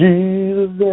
Jesus